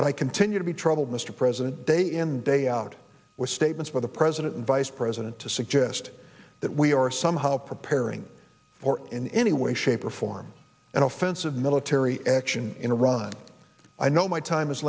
but i continue to be troubled mr president day in day out with statements by the president and vice president to suggest that we are somehow preparing or in any way shape or form an offensive military action in iran i know my time is